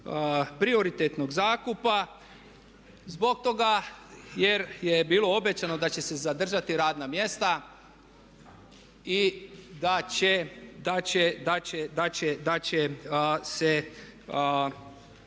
prioritetnog zakupa zbog toga jer je bilo obećano da će se zadržati radna mjesta i da će se nastaviti